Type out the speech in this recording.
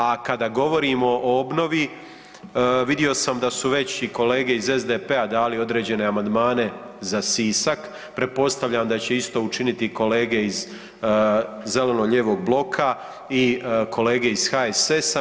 A kada govorimo o obnovi vidio sam da su već i kolege iz SDP-a dali određene amandmane za Sisak, pretpostavljam da će isto učiniti i kolege iz zeleno-lijevog bloka i kolege iz HSS-a.